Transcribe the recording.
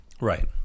Right